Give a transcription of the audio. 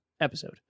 episode